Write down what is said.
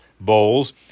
bowls